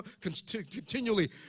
continually